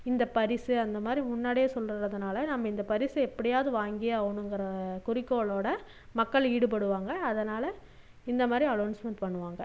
இந்த பரிசு அந்தமாதிரி முன்னாடியே சொல்லுறதுனால நம்ம இந்த பரிசை எப்படியாவுது வாங்கியே ஆவனுங்குற குறிக்கோளோட மக்கள் ஈடுபடுவாங்க அதனால் இந்தமாதிரி அனோன்ஸ்மண்ட் பண்ணுவாங்க